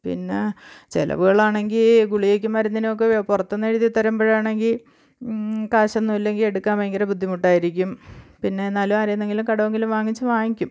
പിന്ന ചെലവുകളാണെങ്കിൽ ഗുളികക്കും മരുന്നിനുമൊക്കെ പുറത്തു നിന്നെഴുതി തരുമ്പോഴാണെങ്കിൽ കാശൊന്നും ഇല്ലെങ്കിൽ എടുക്കാൻ ഭയങ്കര ബുദ്ധിമുട്ടായിരിക്കും പിന്നെ എന്നാലും ആരേന്നെങ്കിലും കടമെങ്കിലും വാങ്ങിച്ച് വാങ്ങിക്കും